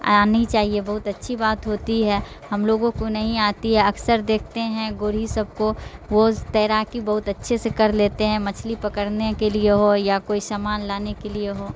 آنی چاہیے بہت اچھی بات ہوتی ہے ہم لوگوں کو نہیں آتی ہے اکثر دیکھتے ہیں گورھی سب کو وہ تیراکی بہت اچھے سے کر لیتے ہیں مچھلی پکڑنے کے لیے ہو یا کوئی سامان لانے کے لیے ہو